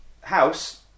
house